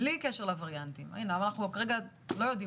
בלי קשר לווריאנטים אנחנו לא יודעים